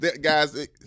Guys